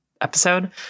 episode